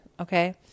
okay